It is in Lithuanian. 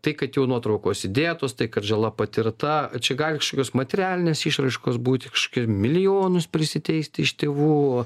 tai kad jau nuotraukos įdėtos tai kad žala patirta kad čia gali kažkokios materialinės išraiškos būti kažkokie milijonus prisiteisti iš tėvų